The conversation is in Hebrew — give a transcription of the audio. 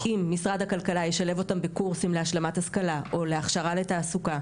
אם משרד הכלכלה ישלב אותן בקורסים להשלמת השכלה או להכשרה לתעסוקה,